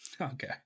Okay